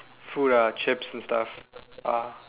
food ah chips and stuff ah